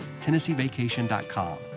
TennesseeVacation.com